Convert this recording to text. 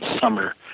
summer